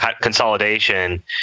consolidation